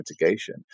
mitigation